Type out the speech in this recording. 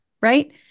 right